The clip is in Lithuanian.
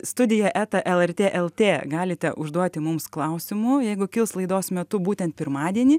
studija eta lrtlt galite užduoti mums klausimų jeigu kils laidos metu būtent pirmadienį